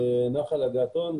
נחל הגעתון.